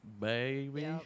Baby